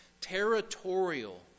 Territorial